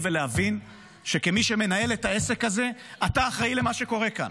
להיות אחראי ולהבין שכמי שמנהל את העסק הזה אתה אחראי למה שקורה כאן.